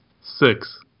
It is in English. Six